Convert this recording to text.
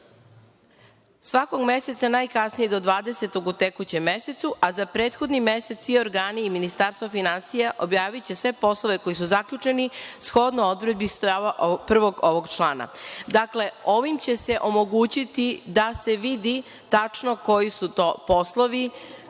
Svakog meseca najkasnije do dvadesetog u tekućem mesecu, a za prethodni mesec, svi organi i Ministarstvo finansija objaviće sve poslove koji su zaključeni shodno odredbi stava prvog ovog člana.“Dakle, ovim će se omogućiti da se vidi tačno koji su to poslovi,